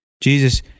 Jesus